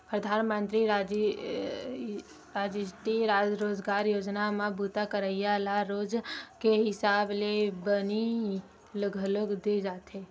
परधानमंतरी रास्टीय रोजगार योजना म बूता करइया ल रोज के हिसाब ले बनी घलोक दे जावथे